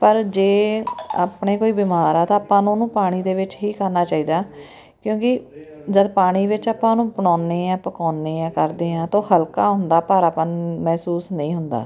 ਪਰ ਜੇ ਆਪਣੇ ਕੋਈ ਬਿਮਾਰ ਆ ਤਾਂ ਆਪਾਂ ਨੂੰ ਉਹਨੂੰ ਪਾਣੀ ਦੇ ਵਿੱਚ ਹੀ ਕਰਨਾ ਚਾਹੀਦਾ ਕਿਉਂਕਿ ਜਦ ਪਾਣੀ ਵਿੱਚ ਆਪਾਂ ਉਹਨੂੰ ਬਣਾਉਂਦੇ ਹਾਂ ਪਕਾਉਂਦੇ ਹਾਂ ਕਰਦੇ ਹਾਂ ਤਾਂ ਉਹ ਹਲਕਾ ਹੁੰਦਾ ਭਾਰਾਪਨ ਮਹਿਸੂਸ ਨਹੀਂ ਹੁੰਦਾ